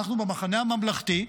אנחנו במחנה הממלכתי,